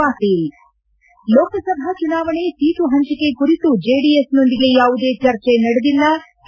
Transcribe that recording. ಪಾಟೀಲ್ ಲೋಕಸಭಾ ಚುನಾವಣೆ ಸೀಟು ಹಂಚಿಕೆ ಕುರಿತು ಜೆಡಿಎಸ್ನೊಂದಿಗೆ ಯಾವುದೇ ಚರ್ಚೆ ನಡೆದಿಲ್ಲ ಕೆ